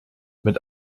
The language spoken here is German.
mit